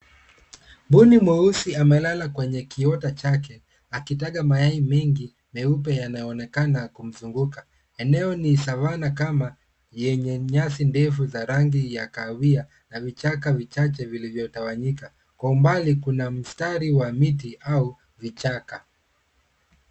Mbuni mweusi amelala kwenye kiota chake, akitaga mayai mengi meupe yanayoonekana kumzunguka. Eneo ni savannah kama yenye nyasi ndefu za rangi ya kahawia na vichaka vichache vilivyotawanyika. Kwa umbali kuna mstari wa miti au vichaka.